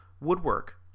woodwork